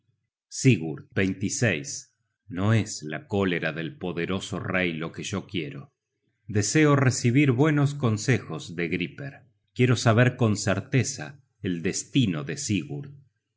sigurd no es la cólera del poderoso rey lo que yo quiero deseo recibir buenos consejos de griper quiero saber con certeza el destino de sigurd